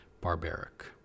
barbaric